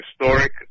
historic